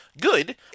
good